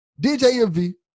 DJMV